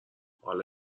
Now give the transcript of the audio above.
حالا